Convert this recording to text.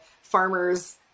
farmers